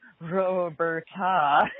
Roberta